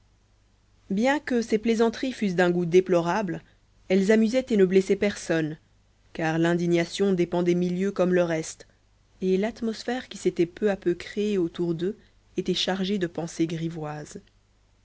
bien que ces plaisanteries fussent d'un goût déplorable elles amusaient et ne blessaient personne car l'indignation dépend des milieux comme le reste et l'atmosphère qui s'était peu à peu créée autour d'eux était chargée de pensées grivoises